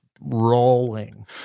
rolling